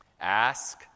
Ask